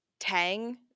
Tang